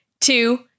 two